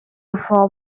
four